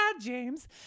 james